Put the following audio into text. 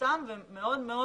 מצומצם ומאוד מאוד